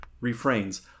refrains